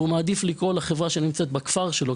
והוא מעדיף לקרוא לחברה שנמצאת בכפר שלו,